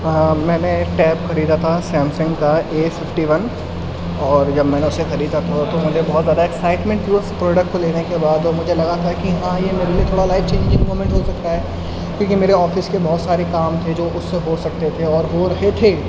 ہاں میں نے ایک ٹیب خریدا تھا سیمسنگ کا اے ففٹی ون اور جب میں نے اسے خریدا تھا تو مجھے بہت زیادہ ایکسائٹمنٹ تھی اس پروڈکٹ کو لینے کے بعد وہ مجھے لگا تھا کہ ہاں یہ میرے لیے تھوڑا لائف چینجنگ مومنٹ ہو سکتا ہے کیوںکہ میرے آفس کے بہت سارے کام تھے جو اس سے ہو سکتے تھے اور ہو رہے تھے